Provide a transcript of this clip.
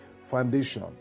Foundation